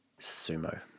Sumo